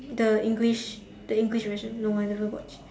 the English the English version no I never watch